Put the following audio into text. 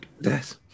Yes